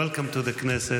welcome to the Knesset,